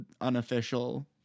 unofficial